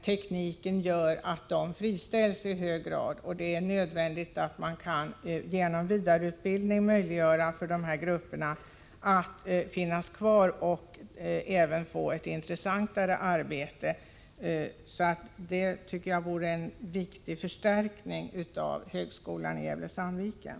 Tekniken gör att dessa människor friställs i stor utsträckning, och det är därför nödvändigt med vidareutbildning för de här grupperna, så att de kan vara kvar och även få mera intressanta arbeten. Denna utbildning vore alltså en viktig förstärkning av högskolan i Gävle/Sandviken.